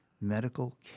medical